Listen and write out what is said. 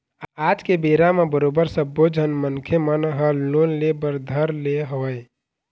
आज के बेरा म बरोबर सब्बो झन मनखे मन ह लोन ले बर धर ले हवय